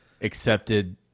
accepted